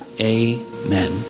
amen